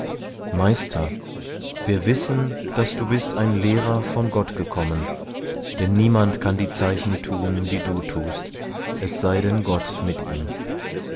meister wir wissen daß du bist ein lehrer von gott gekommen denn niemand kann die zeichen tun die du tust es sei denn gott mit ihm